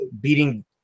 beating